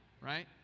right